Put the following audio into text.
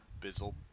Bizzle